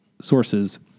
sources